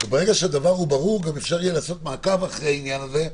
ברגע שהדבר הוא ברור גם אפשר לעשות מעקב אחרי העניין הזה.